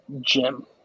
Jim